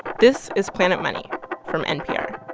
this is planet money from npr